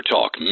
Talk